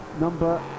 number